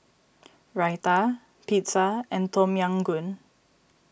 Raita Pizza and Tom Yam Goong